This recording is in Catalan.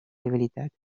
debilitat